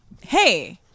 Hey